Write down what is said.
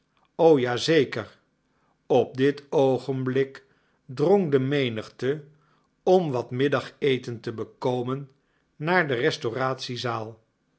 o ja zeker op dit oogenblik drong de menigte om wat middageten te bekomen naar de restauratiezaal